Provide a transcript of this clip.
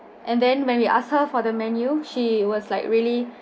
and then when we ask her for the menu she was like really